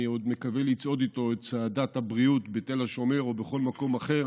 אני עוד מקווה לצעוד איתו את צעדת הבריאות בתל השומר או בכל מקום אחר